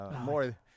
more